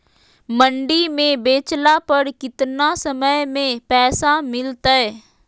मंडी में बेचला पर कितना समय में पैसा मिलतैय?